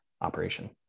operation